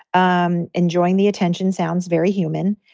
um enjoying the attention sounds very human.